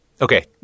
Okay